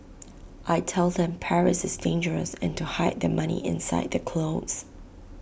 I tell them Paris is dangerous and to hide their money inside clothes